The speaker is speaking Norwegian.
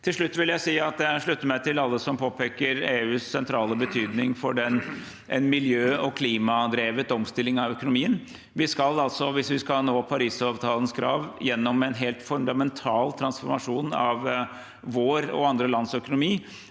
Til slutt vil jeg si at jeg slutter meg til alle som påpeker EUs sentrale betydning for en miljø- og klimadrevet omstilling av økonomien. Vi skal, hvis vi skal nå Parisavtalens krav, gjennom en helt fundamental transformasjon av vår og andre lands økonomi,